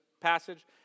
passage